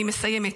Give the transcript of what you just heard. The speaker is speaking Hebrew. אני מסיימת.